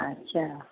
अछा